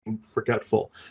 forgetful